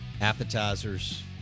appetizers